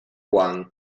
juan